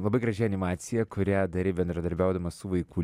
labai graži animacija kurią darei bendradarbiaudamas su vaikų